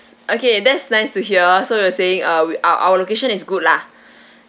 okay that's nice to hear so you were saying uh we o~ our location is good lah